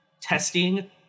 testing